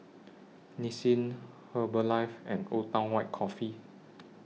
Nissin Herbalife and Old Town White Coffee